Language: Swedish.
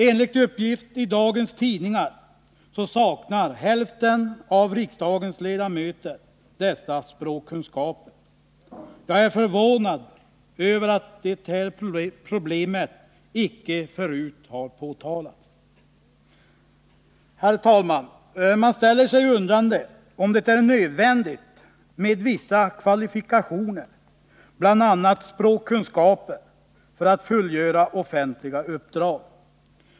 Enligt uppgift i dagens tidningar saknar hälften av riksdagens ledamöter kunskaper i främmande språk. Jag är förvånad över att det här problemet icke har påtalats förut. Herr talman! Man ställer sig undrande till om det är nödvändigt med vissa kvalifikationer, bl.a. språkkunskaper, för att fullgöra offentliga uppdrag.